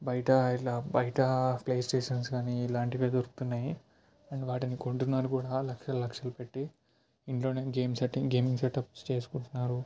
బయట ఇలా బయట ప్లే స్టేషన్ గానీ ఇలాంటివే దొరుకుతున్నాయి అండ్ వాటిని కొంటున్నారు కూడా లక్షలు లక్షలు పెట్టి ఇంట్లోనే ఇంట్లోనే గేమ్ సెటప్స్ చేసుకుంటున్నారు